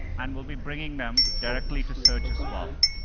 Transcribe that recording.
and we'll be bringing them directly to search as well.